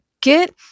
get